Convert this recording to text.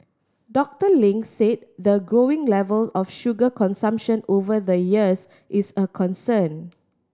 Doctor Ling said the growing level of sugar consumption over the years is a concern